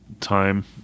time